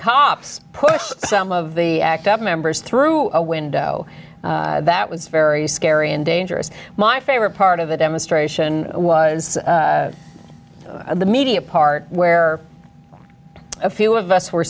cops pushed some of the act up members through a window that was very scary and dangerous my favorite part of the demonstration was the media part where a few of us were